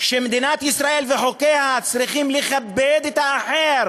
שמדינת ישראל וחוקיה צריכים לכבד את האחר